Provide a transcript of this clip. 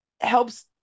helps